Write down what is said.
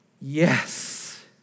Yes